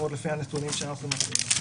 לפחות לפי הנתונים שאנחנו מוצאים.